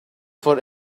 for